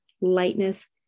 lightness